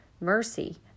mercy